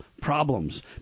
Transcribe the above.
problems